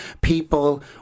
people